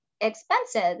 expensive